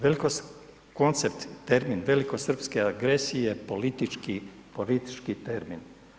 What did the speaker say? Veliko, koncept, termin velikosrpske agresije je politički termin.